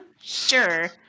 sure